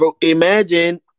Imagine